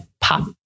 pop